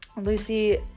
Lucy